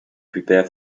prepare